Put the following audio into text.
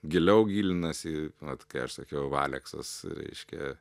giliau gilinasi vat kai aš sakiau va aleksas reiškia